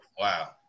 wow